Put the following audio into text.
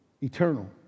eternal